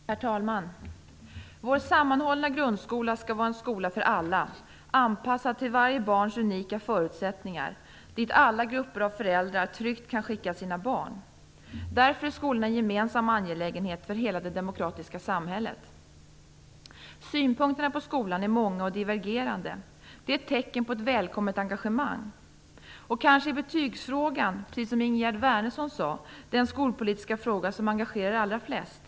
Herr talman! Vår sammanhållna grundskola skall vara en skola för alla, anpassad till varje barns unika förutsättningar och dit alla grupper av föräldrar tryggt kan skicka sina barn. Därför är skolan en gemensam angelägenhet för hela det demokratiska samhället. Synpunkterna på skolan är många och divergerande. Det är ett tecken på ett välkommet engagemang. Kanske är betygsfrågan, precis som Ingegerd Wärnersson sade, den skolpolitiska fråga som engagerar de allra flesta.